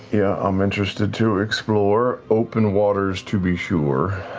yeah, i'm interested to explore open waters, to be sure.